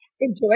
Enjoy